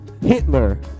Hitler